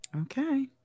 Okay